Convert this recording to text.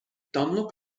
dunlop